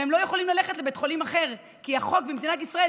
והם לא יכולים ללכת לבית חולים אחר כי החוק במדינת ישראל